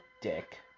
dick